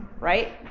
right